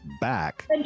back